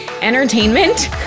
entertainment